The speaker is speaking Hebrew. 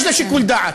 יש לה שיקול דעת.